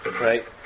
right